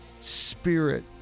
spirit